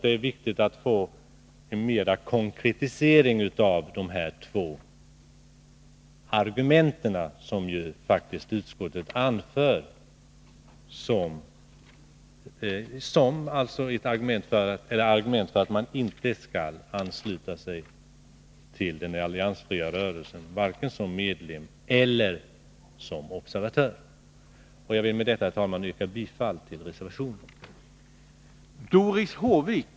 Det är viktigt att få en konkretisering av de två argument som utskottet faktiskt anför mot en anslutning till den alliansfria rörelsen som medlem eller observatör. Jag vill med detta, herr talman, yrka bifall till reservationen.